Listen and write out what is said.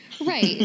Right